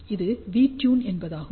இது VTune என்பதாகும்